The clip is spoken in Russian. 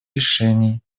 решений